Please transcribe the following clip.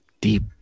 Deep